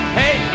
hey